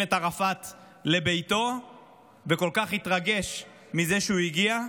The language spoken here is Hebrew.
את ערפאת לביתו וכל כך התרגש מזה שהוא הגיע.